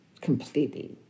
completely